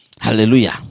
Hallelujah